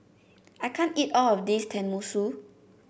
I can't eat all of this Tenmusu